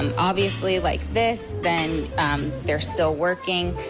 um obviously like this, then they are still working.